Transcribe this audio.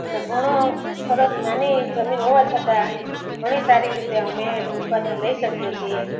અમે ઘણો સરસ નાની જમીન હોવા છતાં ઘણી સારી રીતે અમે એનું ઉત્પાદન લઈ શકીએ છીએ